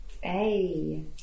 Hey